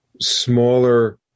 smaller